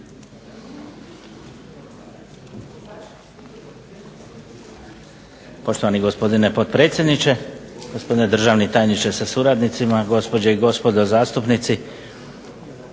Poštovani gospodine potpredsjedniče, gospodine državni tajniče sa suradnicima, gospođe i gospodo zastupnici.